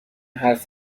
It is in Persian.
حرف